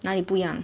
哪里不一样